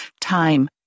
time